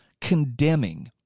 condemning